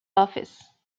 office